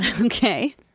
Okay